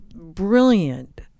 brilliant